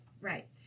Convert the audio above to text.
right